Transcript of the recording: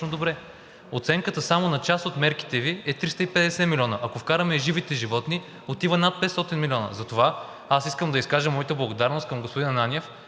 Оценката само на част от мерките Ви е 350 милиона и ако вкараме живите животни, отиваме над 500 милиона. Затова аз искам да изкажа моята благодарност към господин Ананиев, който